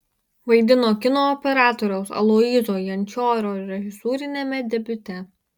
vaidino kino operatoriaus aloyzo jančioro režisūriniame debiute